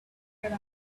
might